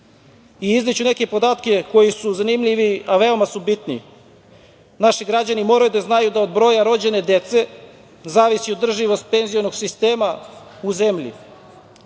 Izneću neke podatke koji su zanimljivi, a veoma su bitni. Naši građani moraju da znaju da od broja rođene dece zavisi održivost penzionog sistema u zemlji.